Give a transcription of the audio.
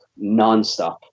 nonstop